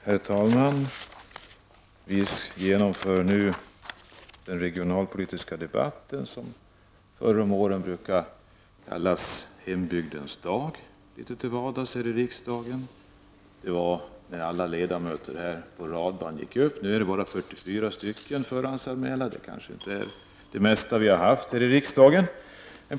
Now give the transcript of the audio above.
Herr talman! Vi genomför nu den regionalpolitiska debatten, som i varje fall förr om åren till vardags här i riksdagen brukade kallas hembygdens dag. Då gick alla ledamöter upp i talarstolen som på ett radband — i dag är det bara 44 förhandsanmälda talare. Det är kanske inte det mesta vi har haft här i riksdagen.